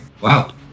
Wow